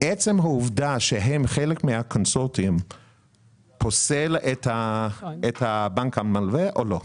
עצם העובדה שהם חלק מהקונסורציום פוסל את הבנק המלווה או לא?